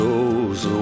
goes